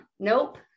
Nope